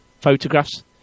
photographs